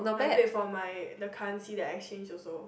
I paid for my the currency that I change also